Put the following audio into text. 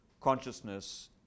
consciousness